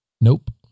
Nope